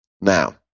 Now